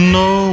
no